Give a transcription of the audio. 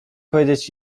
powiedzieć